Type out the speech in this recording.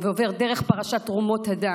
ועובר דרך פרשת תרומות הדם,